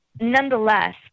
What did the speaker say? nonetheless